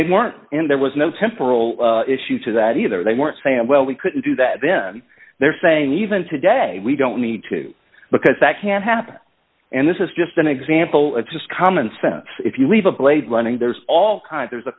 they weren't and there was no temporal issue to that either they weren't samwell we couldn't do that then they're saying even today we don't need to because that can't happen and this is just an example it's just common sense if you leave a blade running there's all kinds there's a